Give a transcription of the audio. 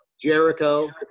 Jericho